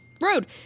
road